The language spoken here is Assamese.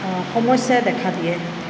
সমস্যাই দেখা দিয়ে